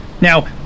Now